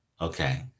Okay